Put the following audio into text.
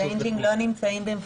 צ'יינג'ים לא נמצאים במפורש.